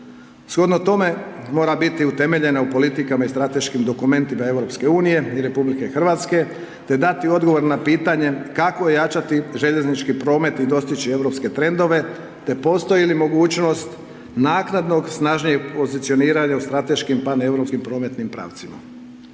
Shodno tome, mora biti utemeljena u politikama i strateškim dokumentima EU i RH, te dati odgovor na pitanje kako ojačati željeznički promet i dostići europske trendove, te postoji li mogućnost naknadnog snažnijeg pozicioniranja u strateškim pan europskim prometnim pravcima.